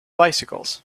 bicycles